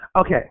Okay